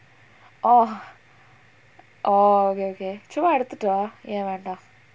oh orh okay okay சும்மா எடுத்துட்டு வா:summa eduthuttu vaa eh வேண்டா:venda